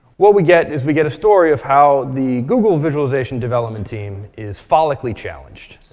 what we get is we get a story of how the google visualization development team is follically challenged.